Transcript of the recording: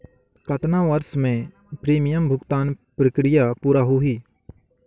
कतना वर्ष मे प्रीमियम भुगतान प्रक्रिया पूरा होही?